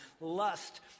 lust